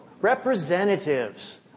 representatives